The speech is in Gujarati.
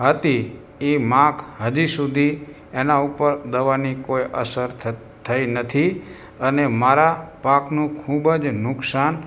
હતી એ માખ હજુ સુધી એનાં ઉપર દવાની કોઇ અસર થ થઇ નથી અને મારા પાકનું ખૂબ જ નુકસાન